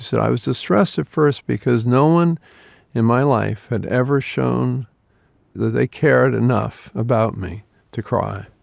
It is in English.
said, i was distressed at first because no one in my life had ever shown that they cared enough about me to cry.